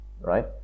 right